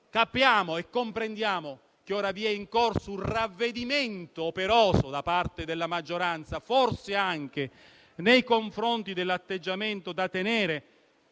Capiamo e comprendiamo che ora è in corso un ravvedimento operoso da parte della maggioranza forse anche rispetto all'atteggiamento da tenere